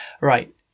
right